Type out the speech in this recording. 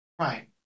Right